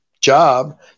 job